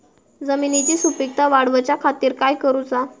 जमिनीची सुपीकता वाढवच्या खातीर काय करूचा?